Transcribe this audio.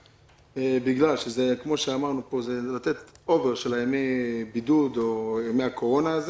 בגלל שזה לתת אובר של ימי הבידוד או הקורונה.